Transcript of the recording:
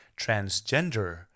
transgender